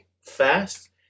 fast